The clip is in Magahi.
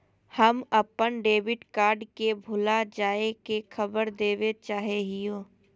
हम अप्पन डेबिट कार्ड के भुला जाये के खबर देवे चाहे हियो